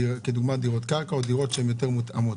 כדוגמת דירות קרקע או דירות שהם יותר מותאמות,